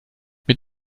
mit